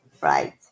Right